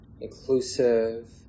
inclusive